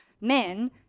men